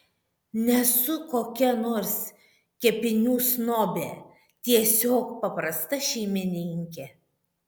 nesu kokia nors kepinių snobė tiesiog paprasta šeimininkė